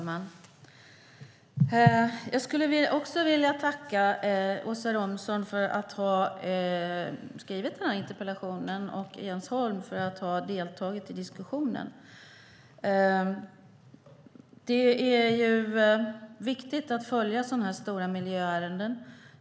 Herr talman! Jag skulle vilja tacka Åsa Romson för att hon har skrivit den här interpellationen och Jens Holm för att han har deltagit i diskussionen. Det är viktigt att följa sådana här stora miljöärenden.